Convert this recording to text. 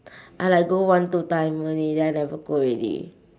I like going one two time only then I never go already